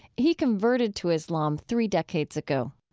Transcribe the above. he converted to islam three decades ago